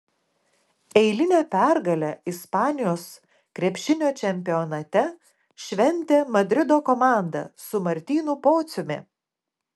eilinę pergalę ispanijos krepšinio čempionate šventė madrido komanda su martynu pociumi